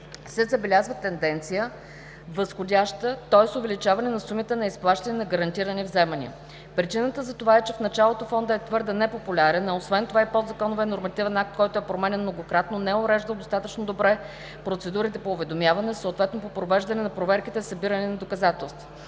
възходяща тенденция, тоест увеличаване на сумите на изплащане на гарантирани вземания. Причината за това е, че в началото Фондът е твърде непопулярен, а освен това и подзаконовият нормативен акт, който е променян многократно, не е уреждал достатъчно добре процедурите по уведомяване, съответно по провеждане на проверките, събиране на доказателства.